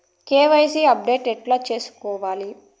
KYC update ఎట్లా సేసుకోవాలి?